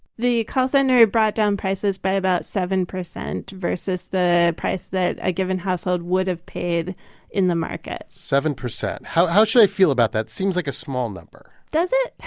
the call center it brought down prices by about seven percent versus the price that a given household would have paid in the market seven percent how how should i feel about that? seems like a small number does it?